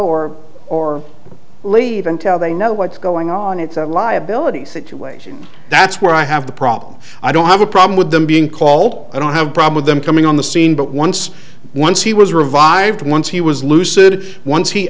or or leave until they know what's going on it's a liability situation that's where i have the problem i don't have a problem with them being called i don't have problem with them coming on the scene but once once he was revived once he was lucid once he